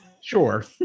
Sure